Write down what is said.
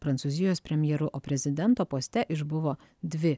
prancūzijos premjeru o prezidento poste išbuvo dvi